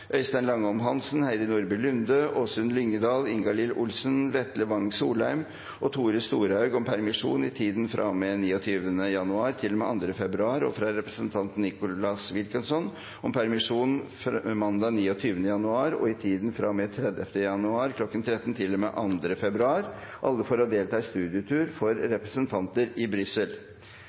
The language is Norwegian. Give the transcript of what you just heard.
Øystein Langholm Hansen , Heidi Nordby Lunde , Åsunn Lyngedal , Ingalill Olsen , Vetle Wang Solheim og Tore Storehaug om permisjon i tiden fra og med 29. januar til og med 2. februar, og fra representanten Nicholas Wilkinson om permisjon mandag 29. januar og i tiden fra og med 30. januar kl. 13 til og med 2. februar – alle for å delta på studietur for